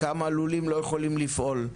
כמה לולים לא יכולים לפעול?